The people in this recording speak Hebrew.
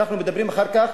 ואחר כך